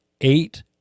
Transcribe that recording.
eight